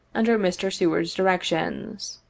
under mr. seward's directions.